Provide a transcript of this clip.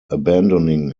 abandoning